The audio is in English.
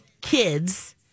kids